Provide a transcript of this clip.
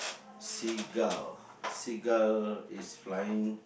seagull seagull is flying